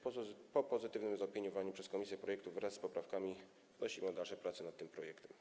Po pozytywnym zaopiniowaniu przez komisję projektu wraz z poprawkami wnosimy o dalsze prace nad tym projektem.